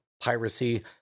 piracy